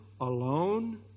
alone